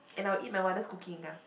and I'll eat my mother's cooking ah